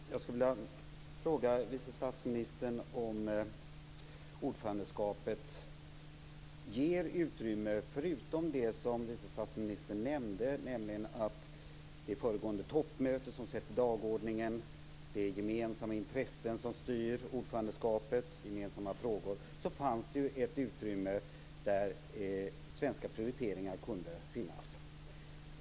Fru talman! Jag skulle vilja fråga vice statsministern om ordförandeskapet och det utrymme som det ger. Förutom det som vice statsministern nämnde - nämligen att det är föregående toppmöte som sätter dagordningen och att det är gemensamma intressen som styr ordförandeskapet och gemensamma frågor - fanns det ett utrymme där svenska prioriteringar kunde finnas.